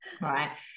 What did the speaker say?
Right